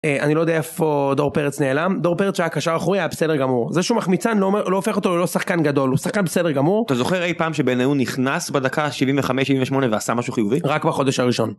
אני לא יודע איפה דור פרץ נעלם דור פרץ שהיה קשר אחורי היה בסדר גמור זה שהוא מחמיצן לא הופך אותו ללא שחקן גדול הוא שחקן בסדר גמור אתה זוכר אי פעם שבניון נכנס בדקה 75 78 ועשה משהו חיובי? רק בחודש הראשון.